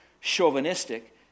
chauvinistic